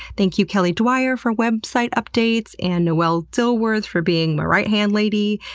thank you, kelly dwyer, for website updates, and noel dilworth, for being my right-hand lady.